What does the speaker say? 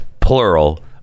plural